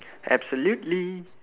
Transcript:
absolutely